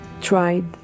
tried